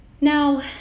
Now